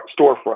storefront